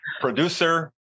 producer